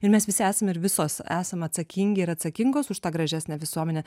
ir mes visi esam ir visos esam atsakingi ir atsakingos už tą gražesnę visuomenę